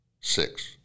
Six